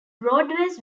roadways